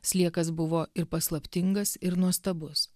sliekas buvo ir paslaptingas ir nuostabus